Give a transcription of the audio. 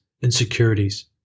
insecurities